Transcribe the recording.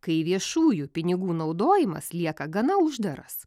kai viešųjų pinigų naudojimas lieka gana uždaras